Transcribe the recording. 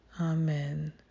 Amen